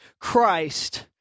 Christ